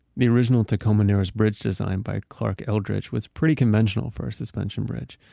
the original tacoma narrows bridge designed by clark eldridge was pretty conventional for a suspension bridge,